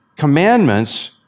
commandments